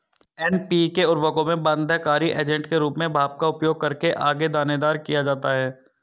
NPK उर्वरकों में बाध्यकारी एजेंट के रूप में भाप का उपयोग करके आगे दानेदार किया जाता है